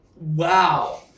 Wow